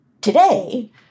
today